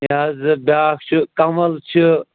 یہِ حظ بیٛاکھ چھُ کَنٛوَل چھِ